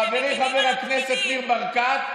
חברי חבר הכנסת ניר ברקת,